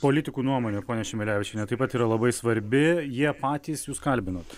politikų nuomonė ponia šimelevičiene taip pat yra labai svarbi jie patys jūs kalbinot